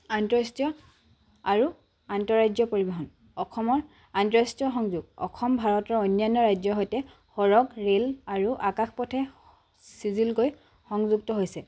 আন্তঃৰাষ্ট্ৰীয় আৰু আন্তঃৰাজ্য পৰিবহণ অসমৰ আন্তঃৰাষ্ট্ৰীয় সংযোগ অসম ভাৰতৰ অন্যান্য ৰাজ্যৰ সৈতে সৰগ ৰে'ল আৰু আকাশ পথে চিজিলকৈ সংযুক্ত হৈছে